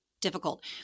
difficult